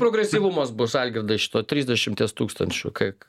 progresyvumas bus algirdai šito trisdešimties tūkstančių kaik